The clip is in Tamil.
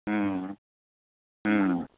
ம் ம்